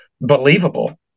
believable